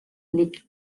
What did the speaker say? lake